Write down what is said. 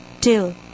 till